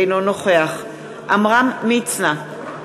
אינו נוכח עמרם מצנע,